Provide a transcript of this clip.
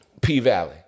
P-Valley